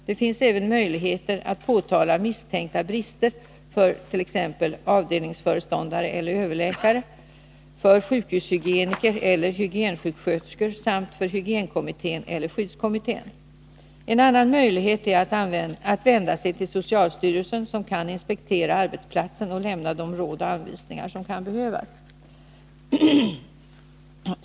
Det finns även möjligheter att påtala misstänkta brister för t.ex. avdelningsföreståndare eller överläkare, för sjukhushygieniker eller hygiensjuksköterskor samt för hygienkommittén eller skyddskommittén. En annan möjlighet är att vända sig till socialstyrelsen som kan inspektera arbetsplatsen och lämna de råd och anvisningar som kan behövas.